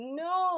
no